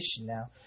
now